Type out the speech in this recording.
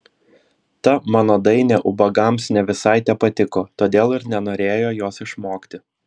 ta mano dainė ubagams ne visai tepatiko todėl ir nenorėjo jos išmokti